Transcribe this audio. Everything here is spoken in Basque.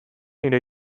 nire